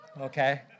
okay